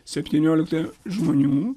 septyniolika žmonių